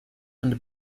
and